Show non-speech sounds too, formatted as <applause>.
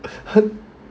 <laughs>